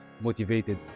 motivated